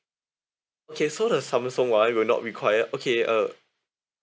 okay so the samsung [one] will not require okay uh